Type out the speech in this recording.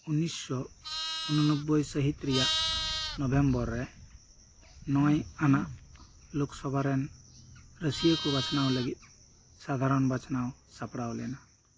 ᱩᱱᱤᱥᱥᱚ ᱩᱱᱚᱱᱚᱵᱵᱚᱭ ᱥᱟ ᱦᱤᱛ ᱨᱮᱭᱟᱜ ᱱᱚᱵᱷᱮᱢᱵᱚᱨ ᱨᱮ ᱱᱚᱭ ᱟᱱᱟᱜ ᱞᱳᱠᱥᱚᱵᱷᱟᱨᱮᱱ ᱨᱟ ᱥᱤᱭᱟ ᱠᱚ ᱵᱟᱪᱷᱱᱟᱣ ᱞᱟ ᱜᱤᱫ ᱥᱟᱫᱷᱟᱨᱚᱱ ᱵᱟᱪᱷᱱᱟᱣ ᱥᱟᱯᱲᱟᱣ ᱞᱮᱱᱟ